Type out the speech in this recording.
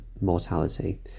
mortality